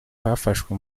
hafashwe